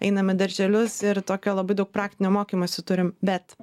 einam į darželius ir tokio labai daug praktinio mokymosi turim bet